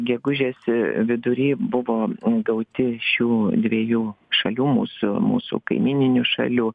gegužės vidury buvo gauti šių dviejų šalių mūsų mūsų kaimyninių šalių